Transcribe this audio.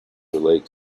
relate